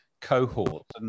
cohort